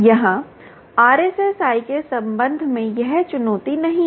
यहां RSSI के संबंध में यह चुनौती नहीं है